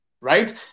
Right